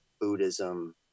Buddhism